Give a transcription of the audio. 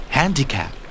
Handicap